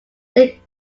they